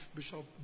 Bishop